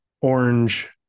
orange